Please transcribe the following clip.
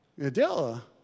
Adela